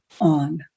on